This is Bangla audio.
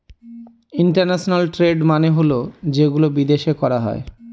ইন্টারন্যাশনাল ট্রেড মানে হল যেগুলো বিদেশে করা হয়